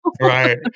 Right